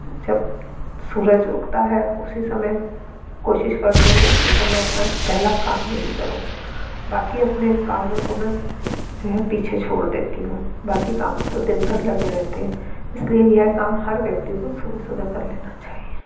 जब सूरज उगता है उसी समय कोशिश करती हूँ कि उसी समय अपना पहला काम यही करूँ बाकी अपने कामों को मैं जो है पीछे छोड़ देती हूँ बाकी काम तो दिनभर लगे रहते हैं इसलिए यह काम हर व्यक्ति को सुबह सुबह कर लेना चाहिए